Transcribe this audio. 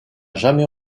jamais